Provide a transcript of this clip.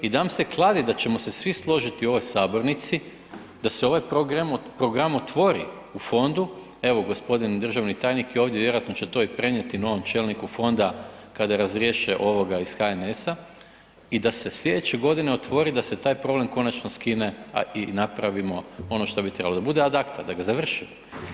I dam se kladiti da ćemo se svi složiti u ovoj sabornici da se ovaj program otvori u fondu, evo gospodin državni tajnik vjerojatno će to i prenijeti novom čelniku fonda kada razriješe ovoga iz HNS-a i da se slijedeće godine otvori i da se taj problem konačno skine, a i napravimo ono što bi trebalo, da bude ad acta, da ga završimo.